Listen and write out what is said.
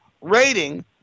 rating